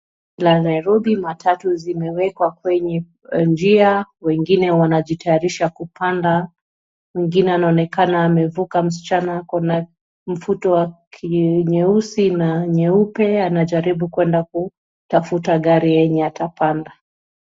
Jiji la Nairobi matatu zimewekwa kwenye njia, wengine wanajitayarisha kupanda wengine wanaonekana amevuka msichana akona mfuto wa kinyeusi na nyeupe anajaribu kuenda kutafuta gari yenye atapanda.